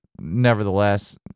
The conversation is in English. nevertheless